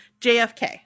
JFK